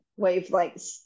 wavelengths